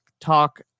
talk